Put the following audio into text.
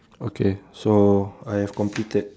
okay so I have completed